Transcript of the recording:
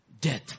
Death